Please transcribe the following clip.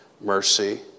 Mercy